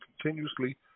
continuously